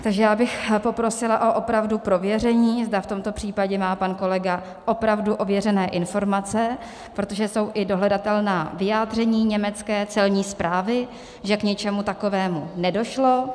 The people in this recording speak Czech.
Takže já bych poprosila opravdu o prověření, zda v tomto případě má pan kolega opravdu ověřené informace, protože jsou i dohledatelná vyjádření německé celní správy, že k něčemu takovému nedošlo.